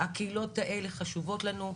הקהילות האלה חשובות לנו.